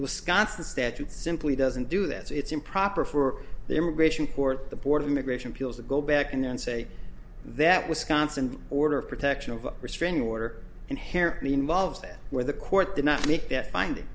wisconsin statute simply doesn't do that it's improper for the immigration court the board of immigration appeals to go back in and say that wisconsin order of protection of restraining order inherently involves that where the court did not make that finding